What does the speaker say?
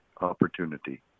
opportunity